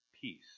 peace